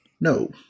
No